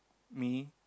me